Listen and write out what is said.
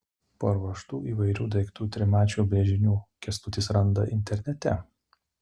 paruoštų įvairių daiktų trimačių brėžinių kęstutis randa internete